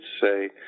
say